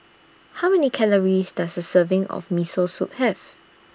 How Many Calories Does A Serving of Miso Soup Have